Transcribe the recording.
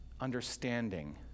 understanding